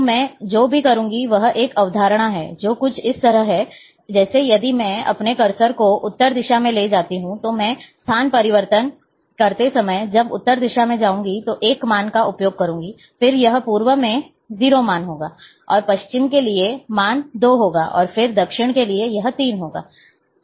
तो मैं जो भी करूंगी वह एक अवधारणा है जो कुछ इस तरह है जैसे यदि मैं अपने कर्सर को उत्तर दिशा में ले जाति हूं तो मैं स्थान परिवर्तन करते समय जब उत्तर दिशा मैं जाऊंगी तो 1 मान का उपयोग करूंगी फिर यह पूर्व में 0 मान होगा और पश्चिम के लिए मान 2 होगा और फिर दक्षिण के लिए यह 3 है